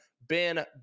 Ben